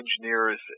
Engineers